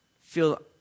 feel